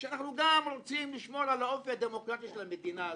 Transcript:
שאנחנו גם רוצים לשמור על האופי הדמוקרטי של המדינה.